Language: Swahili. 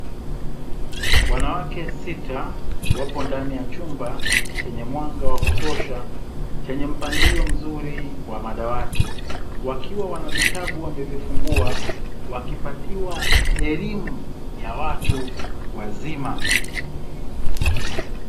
Wanawake sita wapo ndani ya chumba chenye mwanga wa kutosha, chenye mpangilio mzuri wa madawati wakiwa wana vitabu wamevifungua wakipatiwa elimu ya watu wazima.